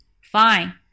Fine